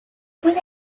puede